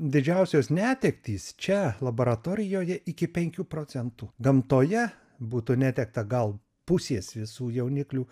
didžiausios netektys čia laboratorijoje iki penkių procentų gamtoje būtų netekta gal pusės visų jauniklių